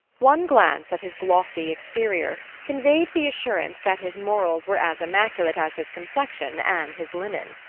one glance at his glossy exterior conveyed the assurance that his morals were as immaculate as his complexion and his linen.